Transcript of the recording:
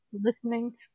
Listening